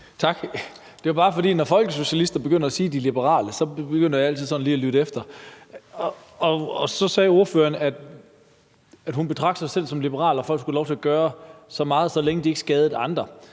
Lars Boje Mathiesen (UFG): Når folkesocialister begynder at sige, at de er liberale, begynder jeg altid sådan lige at lytte efter. Ordføreren sagde, at hun betragtede sig selv som liberal, og at folk skulle have lov til at gøre meget, så længe de ikke skadede andre.